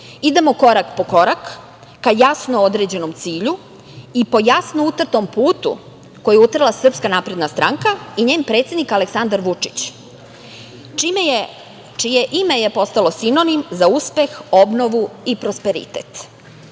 Idemo korak po korak ka jasno određenom cilju i po jasno utrtom putu koji je utrla Srpska napredna stranka i njen predsednik Aleksandar Vučić, čije ime je postalo sinonim za uspeh, obnovu i prosperitet. Na